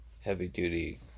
heavy-duty